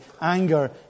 anger